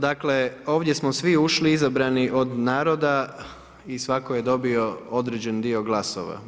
Dakle, ovdje smo ušli izabrani od naroda i svatko je dobio određeni dio glasova.